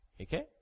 Okay